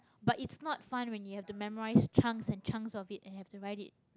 but it's not fun when you have to memorise chunks and chunks of it and have to write it